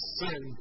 sin